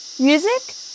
Music